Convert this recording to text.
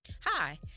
Hi